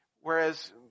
whereas